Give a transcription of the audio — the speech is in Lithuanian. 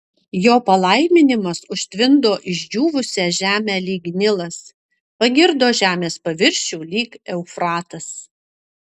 jo palaiminimas užtvindo išdžiūvusią žemę lyg nilas pagirdo žemės paviršių lyg eufratas